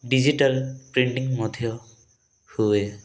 digital printing ମଧ୍ୟ ହୁଏ